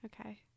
Okay